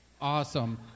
Awesome